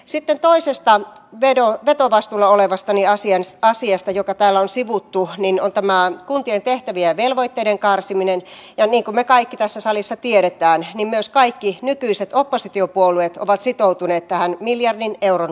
sitten toinen vetovastuullani oleva asia jota täällä on sivuttu on kuntien tehtävien ja velvoitteiden karsiminen ja niin kuin me kaikki tässä salissa tiedämme myös kaikki nykyiset oppositiopuolueet ovat sitoutuneet tähän miljardin euron tavoitteeseen